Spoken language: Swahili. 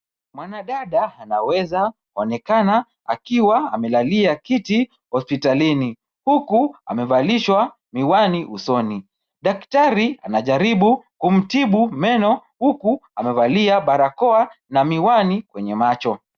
Mwana dada anawezaonekana akiwa amelalia kiti hospitalini. Huku amevalishwa miwani usoni. Daktari anajaribu kumtibu meno huku amevalia barakoa na miwani kwenye macho.